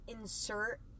insert